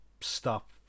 stop